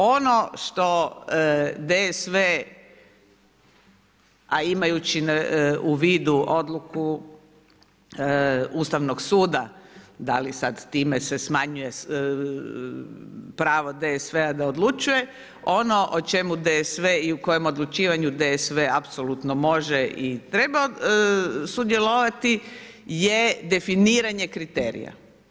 Ono što DSV a imajući u vidu odluku Ustavnog suda, da li sad time se smanjuje pravo DSV-a da odlučuje, ono o čemu DSV i o kojem odlučivanju DSV apsolutno može i treba sudjelovati je definiranje kriterija.